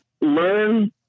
Learn